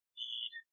need